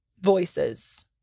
voices